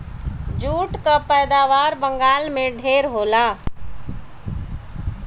jute कअ पैदावार बंगाल में ढेर होला